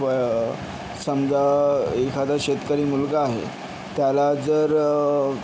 समजा एखादा शेतकरी मुलगा आहे त्याला जर